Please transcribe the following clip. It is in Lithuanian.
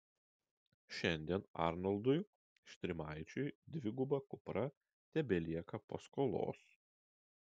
šiandien arnoldui štrimaičiui dviguba kupra tebelieka paskolos